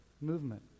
movement